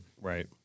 Right